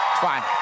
fine